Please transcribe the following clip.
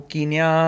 Kenya